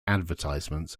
advertisements